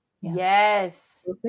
yes